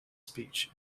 speech